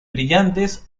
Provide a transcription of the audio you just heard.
brillantes